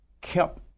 kept